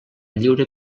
lliure